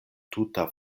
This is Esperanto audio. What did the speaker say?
tuta